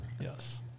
yes